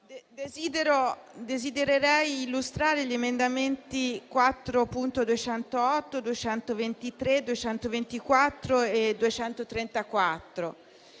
desidererei illustrare gli emendamenti 4.208, 4.223, 4224 e 4.234.